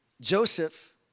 Joseph